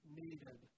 needed